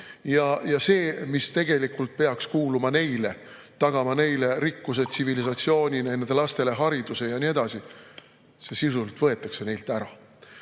See, mis tegelikult pidi kuuluma neile, tagama neile rikkuse, tsivilisatsiooni, nende lastele hariduse ja nii edasi, sisuliselt võeti neilt ära.